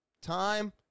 Time